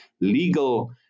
legal